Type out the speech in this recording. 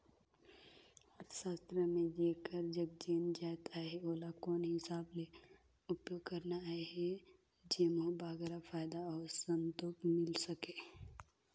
अर्थसास्त्र म जेकर जग जेन जाएत अहे ओला कोन हिसाब ले उपयोग करना अहे जेम्हो बगरा फयदा अउ संतोक मिल सके